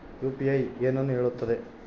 UPI ಏನನ್ನು ಹೇಳುತ್ತದೆ?